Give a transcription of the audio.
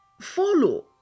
follow